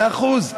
מאה אחוז.